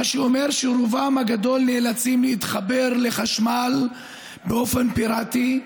מה שאומר שרובם הגדול נאלצים להתחבר לחשמל באופן פיראטי,